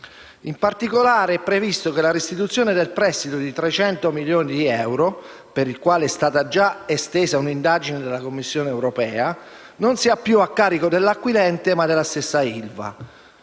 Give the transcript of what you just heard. In particolare, è previsto che la restituzione del prestito di 300 milioni di euro (per il quale è stata già estesa un'indagine della Commissione europea) non sia più a carico dell'acquirente, ma della stessa ILVA.